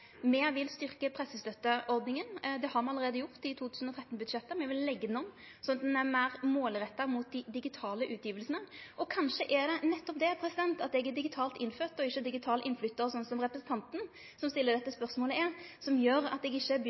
Me vil styrke pressestøtteordninga. Det har me gjort allereie i 2013-budsjettet. Me vil leggje ho om, slik at ho er meir målretta mot dei digitale utgjevingane. Kanskje er det nettopp det at eg er ein digital innfødd og ikkje ein digital innflyttar – som representanten som stiller dette spørsmålet, er – som gjer at eg ikkje